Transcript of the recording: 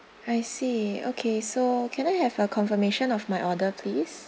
I see okay so can I have a confirmation of my order please